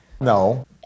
no